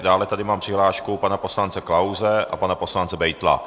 Dále tady mám přihlášku pana poslance Klause a pana poslance Beitla.